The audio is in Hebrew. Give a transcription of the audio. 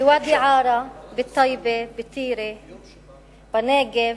בוואדי-עארה, בטייבה, בטירה, בנגב,